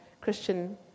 Christian